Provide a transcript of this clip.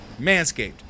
Manscaped